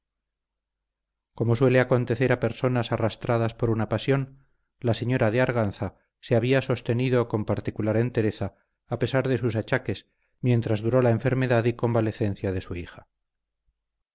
como suele acontecer a personas arrastradas por una pasión la señora de arganza se había sostenido con particular entereza a pesar de sus achaques mientras duró la enfermedad y convalecencia de su hija